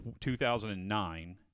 2009